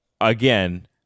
again